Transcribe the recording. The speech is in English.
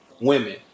Women